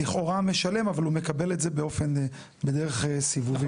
לכאורה משלם אבל הוא מקבל את זה בדרך סיבובית.